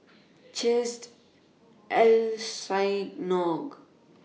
Chesed El Synagogue